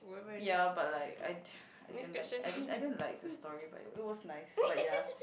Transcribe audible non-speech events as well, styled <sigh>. ya but like I <breath> I didn't like I I didn't like the story but it it was nice but ya